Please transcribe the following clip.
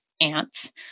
ants